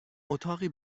اتاقی